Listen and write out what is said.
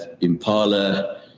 impala